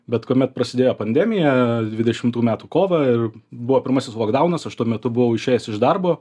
bet kuomet prasidėjo pandemija dvidešimtų metų kovą ir buvo pirmasis logdaunas aš tuo metu buvau išėjęs iš darbo